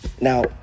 Now